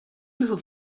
little